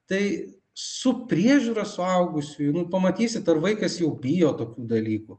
tai su priežiūra suaugusiųjų nu pamatysit ar vaikas jau bijo tokių dalykų